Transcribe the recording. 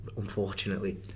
Unfortunately